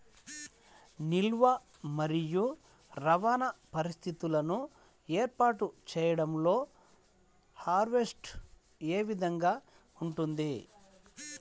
నిల్వ మరియు రవాణా పరిస్థితులను ఏర్పాటు చేయడంలో హార్వెస్ట్ ఏ విధముగా ఉంటుంది?